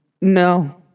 No